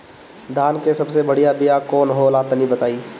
धान के सबसे बढ़िया बिया कौन हो ला तनि बाताई?